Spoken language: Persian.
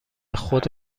خود